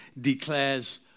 declares